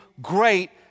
great